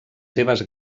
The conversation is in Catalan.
seves